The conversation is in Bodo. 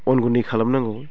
अन गुन्दै खालामनांगौ